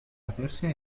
hacerse